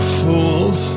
fools